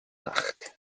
nacht